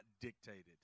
dictated